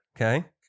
okay